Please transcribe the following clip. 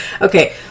okay